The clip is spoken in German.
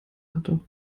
hatte